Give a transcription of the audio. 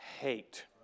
hate